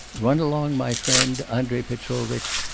run along, my friend, andrei petrovitch,